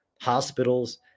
hospitals